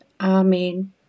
Amen